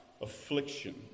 affliction